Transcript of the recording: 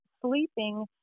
sleeping